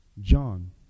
John